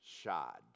shod